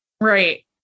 Right